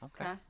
Okay